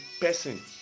person